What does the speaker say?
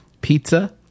pizza